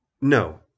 No